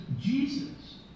Jesus